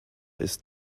ist